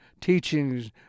teachings